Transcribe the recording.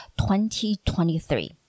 2023